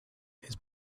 his